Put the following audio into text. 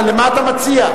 מה אתה מציע?